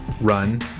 run